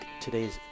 today's